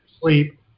sleep